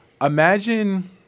imagine